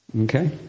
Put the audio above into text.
Okay